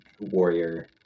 warrior